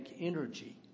energy